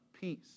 peace